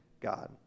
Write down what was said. God